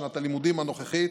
לשנת הלימודים הנוכחית,